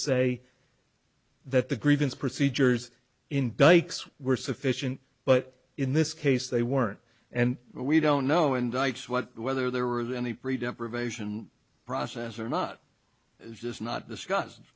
say that the grievance procedures in dikes were sufficient but in this case they weren't and we don't know indicts what whether there are any pre depravation process or not is just not discuss